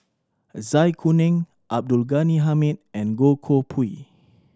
Zai Kuning Abdul Ghani Hamid and Goh Koh Pui